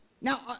Now